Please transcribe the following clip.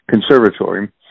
Conservatory